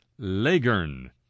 Lagern